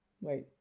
Wait